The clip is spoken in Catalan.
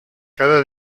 cada